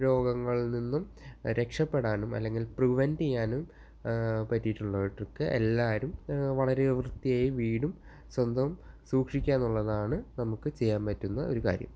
രോഗങ്ങളിൽ നിന്നും രക്ഷപ്പെടാനും അല്ലെങ്കിൽ പ്രിവൻറ്റ് ചെയ്യാനും പറ്റിയിട്ടുള്ളൊരു ട്രിക്ക് എല്ലാവരും വളരെ വൃത്തിയായി വീടും സ്വന്തം സൂക്ഷിക്കാനുള്ളതാണ് നമുക്ക് ചെയ്യാൻ പറ്റുന്ന ഒരു കാര്യം